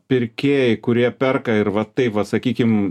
pirkėjai kurie perka ir va taip va sakykim